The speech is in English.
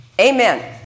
Amen